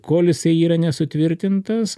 kol jisai yra nesutvirtintas